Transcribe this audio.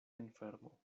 enfermo